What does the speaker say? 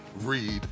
read